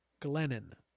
Glennon